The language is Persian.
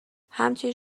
همچنین